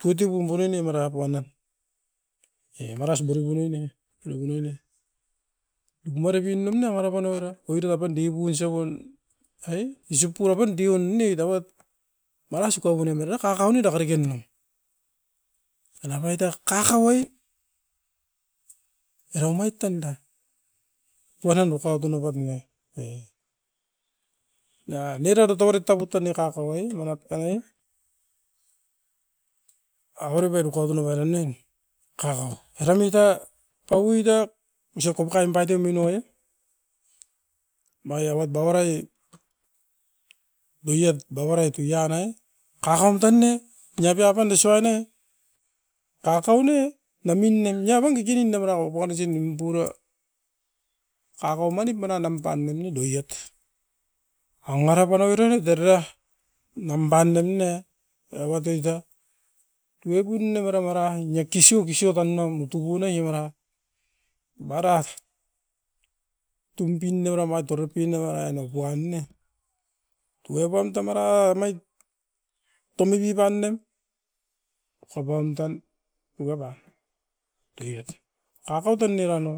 poitubum bonene mara puana. E maras buruburu num, buruburu num i maribin nom ne waka pan oira, oiran apan diipun iso uan ai, isop pu a pan deunit auat maua sikouo nem era kakau ni daka reke ne. E napait a kakau e, era omait tan da puanan dukaut onopat ne, e nia rau ruto tauarit tabut tan e kakau ai, manap pan ai. Avere pai rukaut uno bairan nen, kakau. Era nuit ta paui dok osai kopikai imbaitio minio ue, mai avat bauarai boi iat bauarait i iarai? Kakau tan ne, niapia pan desuai nai kakau ne, na min nem niakon kikinin a mara oupoua nasin nimpura, kakau manit mana nampa meni doiat. Aungara pan oiran ait era ra namban nem ne, era vat toito. Beipun ne bara mara in ne kisu kisiu apan nam itubu ne i mara, maras tumpin ne mara mait oura pin ne uarai niku'an ne. Ku e pan tamaraua omait tomipip pan nem okapaum tan, una pan doiat. Kakaut a noiva no.